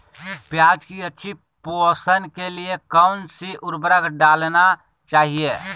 प्याज की अच्छी पोषण के लिए कौन सी उर्वरक डालना चाइए?